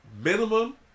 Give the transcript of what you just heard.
minimum